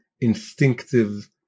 instinctive